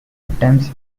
attempts